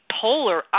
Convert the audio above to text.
polar